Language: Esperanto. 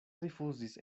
rifuzis